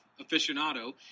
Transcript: aficionado